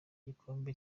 igikombe